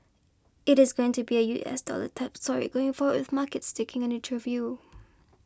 it is going to be a U S dollar type story going forward with markets taking a neutral view